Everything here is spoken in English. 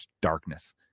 darkness